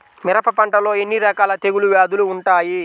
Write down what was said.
మిరప పంటలో ఎన్ని రకాల తెగులు వ్యాధులు వుంటాయి?